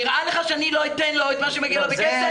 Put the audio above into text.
נראה לך שלא אתן לו את מה שמגיע לו בכסף?